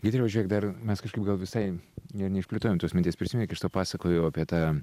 giedriau o žiūrėk dar mes kažkaip gal visai ir neišplėtojom tos minties prisimeni kai aš tau pasakojau apie tą